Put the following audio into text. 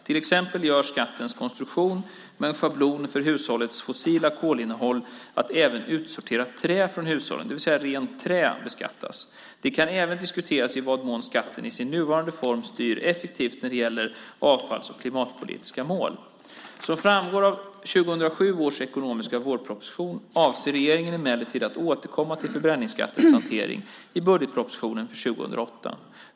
Till exempel gör skattens konstruktion med en schablon för hushållsavfallets fossila kolinnehåll att även utsorterat trä från hushållen - det vill säga rent trä - beskattas. Det kan även diskuteras i vad mån skatten i sin nuvarande form styr effektivt när det gäller avfalls och klimatpolitiska mål. Som framgår av 2007 års ekonomiska vårproposition avser regeringen emellertid att återkomma till förbränningsskattens hantering i budgetpropositionen för 2008.